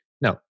No